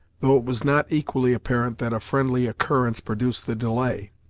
though it was not equally apparent that a friendly occurrence produced the delay.